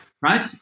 right